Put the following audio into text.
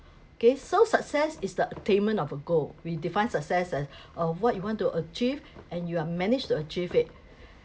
okay so success is the attainment of a goal we define success as uh what you want to achieve and you are managed to achieve it